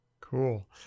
Cool